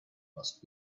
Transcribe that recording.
must